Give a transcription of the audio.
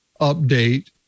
update